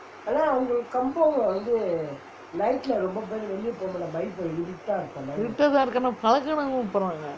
இருட்டா தான் இருக்கும் ஆனா பழகனவங்கே போவாங்கே:irutta thaan irukkum aana pazhaganavangae poovangae